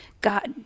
god